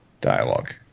dialogue